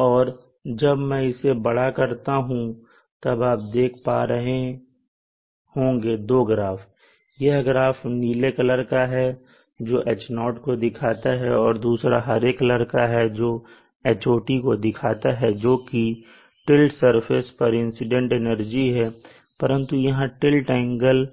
और जब मैं इसे बड़ा करता हूं तब आप देख पा रहे होंगे दो ग्राफ यह ग्राफ नीले कलर का है जो H0 को दिखाता है और दूसरा हरे कलर का ग्राफ Hot को दिखाता है जोकि टिल्ट सरफेस पर इंसीडेंट एनर्जी है परंतु यहां टिल्ट एंगल